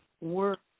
work